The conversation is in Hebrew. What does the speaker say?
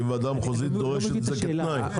כי ועדה מחוזית דורשת את זה כתנאי?